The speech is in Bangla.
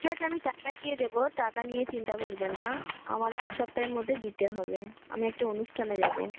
ঠিক আছে আমি টাকা দিয়ে দেবো টাকা নিয়ে চিন্তা করবেন না আমার এক সপ্তাহের মধ্যে দিতে হবে আমি একটা অনুষ্ঠানে যাবো